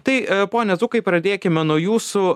tai pone zukai pradėkime nuo jūsų